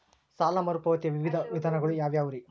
ಸಾಲ ಮರುಪಾವತಿಯ ವಿವಿಧ ವಿಧಾನಗಳು ಯಾವ್ಯಾವುರಿ?